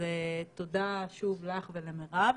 אז תודה שוב לך ולמרב,